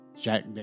Jack